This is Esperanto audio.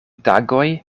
tagoj